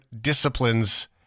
disciplines